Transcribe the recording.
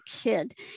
kid